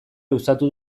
luzatu